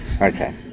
okay